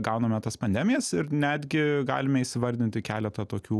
gauname tas pandemijas ir netgi galime įsivardinti keletą tokių